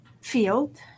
field